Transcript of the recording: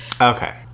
okay